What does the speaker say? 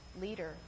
leader